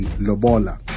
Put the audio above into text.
Lobola